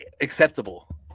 acceptable